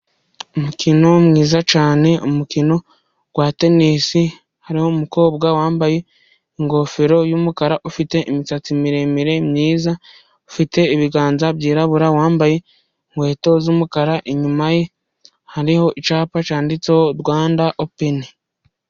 Umukino mwiza cyane, umukino wa tenisi, hariho umukobwa wambaye ingofero y'umukara ufite imisatsi miremire myiza, ufite ibiganza byirabura wambaye inkweto z'umukara. Inyuma ye hariho icyapa cyanditseho rwanda openi.